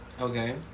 Okay